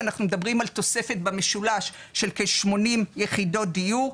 ואנחנו מדברים על תוספת במשולש של כ-80 יחידות דיור,